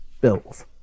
Bills